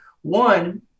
one